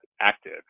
active